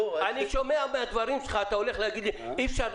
אני שומע מהדברים שלך שאתה הולך להגיד לי שאי אפשר,